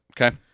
Okay